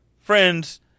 friends